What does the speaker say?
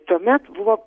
tuomet buvo